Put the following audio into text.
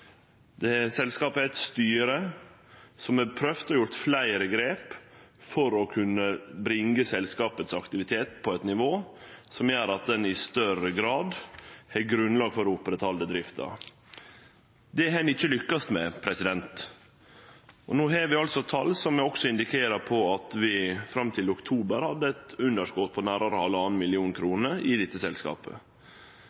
Selskapet har eit styre som har prøvd å ta fleire grep for å bringe aktiviteten i selskapet på eit nivå som gjer at ein i større grad har grunnlag for å halde oppe drifta. Det har ein ikkje lykkast med. No har vi altså tal som indikerer at ein fram til oktober hadde eit underskot på nærare halvannan million